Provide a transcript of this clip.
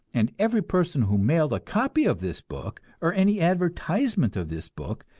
and every person who mailed a copy of this book, or any advertisement of this book,